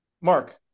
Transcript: Mark